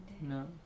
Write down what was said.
no